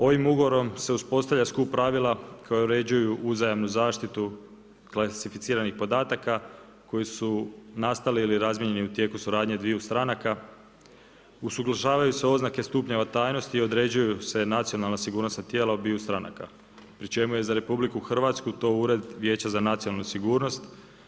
Ovim Ugovorom se uspostavlja skup pravila koja uređuju uzajamnu zaštitu klasificiranih podataka koji su nastali ili razmijenjeni u tijeku suradnje dviju stranaka, usuglašavaju se oznake stupnjeva tajnosti i određuju se nacionalna sigurnosna tijela obiju stranaka pri čemu je za Republiku Hrvatsku to Ured Vijeća za nacionalnu sigurnost.